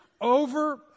Over